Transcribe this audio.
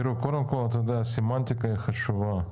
קודם כול, הסמנטיקה היא חשובה.